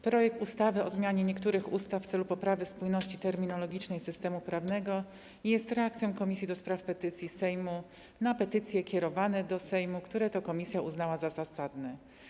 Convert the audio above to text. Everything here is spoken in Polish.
Projekt ustawy o zmianie niektórych ustaw w celu poprawy spójności terminologicznej systemu prawnego jest reakcją sejmowej Komisji do spraw Petycji na petycje kierowane do Sejmu, które komisja uznała za zasadne.